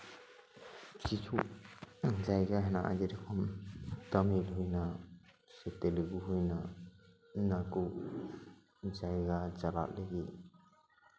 ᱠᱤᱪᱷᱩ ᱡᱟᱭᱜᱟ ᱦᱮᱱᱟᱜᱼᱟ ᱡᱮ ᱨᱚᱠᱚᱢ ᱛᱟᱹᱢᱤᱞ ᱦᱩᱭᱮᱱᱟ ᱥᱮ ᱛᱮᱞᱮᱜᱩ ᱦᱩᱭᱮᱱᱟ ᱚᱱᱟ ᱠᱚ ᱡᱟᱭᱜᱟ ᱪᱟᱞᱟᱜ ᱞᱟᱹᱜᱤᱫ